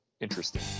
interesting